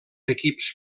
equips